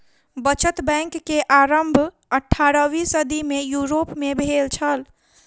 बचत बैंक के आरम्भ अट्ठारवीं सदी में यूरोप में भेल छल